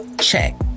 Check